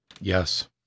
yes